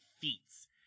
feats